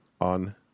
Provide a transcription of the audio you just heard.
on